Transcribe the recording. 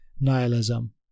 nihilism